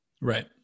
Right